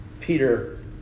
Peter